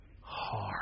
hard